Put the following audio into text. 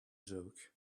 joke